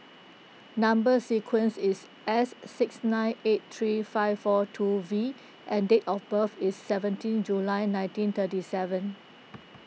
Number Sequence is S six nine eight three five four two V and date of birth is seventeen July nineteen thirty seven